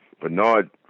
Bernard